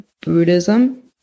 Buddhism